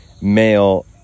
male